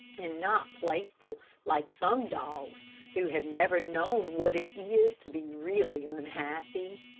and not playful like some dogs who have never known what it is to be really unhappy.